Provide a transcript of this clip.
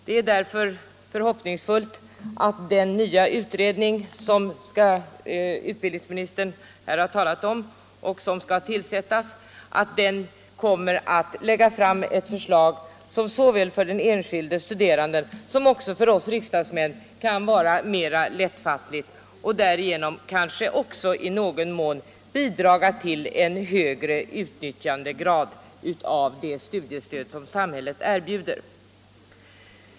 Det är därför förhoppningsfullt att den nya utredning, som utbildningsministern har talat om skall tillsättas, kommer att lägga fram ett förslag som såväl för den enskilde studeranden som också för oss riksdagsmän kan vara mer lättfattligt och därigenom kanske också i någon mån bidra till en högre utnyttjandegrad av det studiestöd som samhället erbjuder.